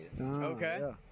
Okay